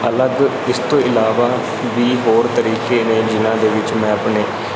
ਅਲੱਗ ਇਸ ਤੋਂ ਇਲਾਵਾ ਵੀ ਹੋਰ ਤਰੀਕੇ ਨੇ ਜਿਨ੍ਹਾਂ ਦੇ ਵਿੱਚ ਮੈਂ ਆਪਣੇ